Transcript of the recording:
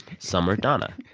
summer, donna.